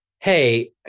hey